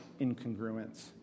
incongruence